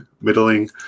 middling